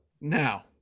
Now